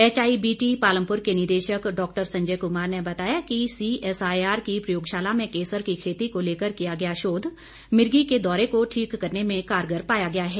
HIBT Palampur के निदेशक Dr Sanjay Kumar ने बताया कि सीएसआईआर की प्रयोगशाला में केसर की खेती को लेकर किया गया शोध मिर्गी के दौरे को ठीक करने में कारगर पाया गया है